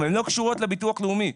הן לא קשורות לביטוח הלאומי,